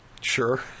Sure